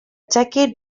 decade